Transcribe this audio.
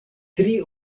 tri